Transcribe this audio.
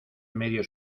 medio